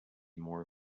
more